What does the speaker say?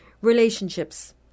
Relationships